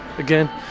again